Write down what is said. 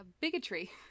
bigotry